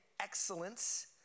excellence